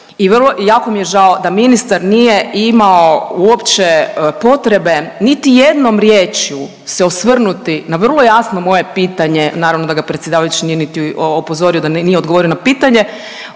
i jako mi je žao da ministar nije imao uopće potrebe niti jednom riječju se osvrnuti na vrlo jasno moje pitanje, naravno da ga predsjedavajući nije niti upozorio da nije odgovorio na pitanje,